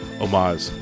homage